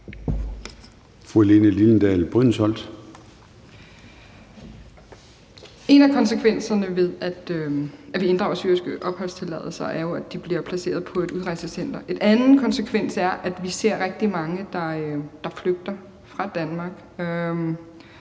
En af konsekvenserne ved, at vi inddrager syriske opholdstilladelser, er jo, at de bliver placeret på et udrejsecenter. En anden konsekvens er, at vi ser rigtig mange, der flygter fra Danmark